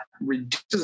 reduces